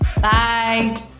Bye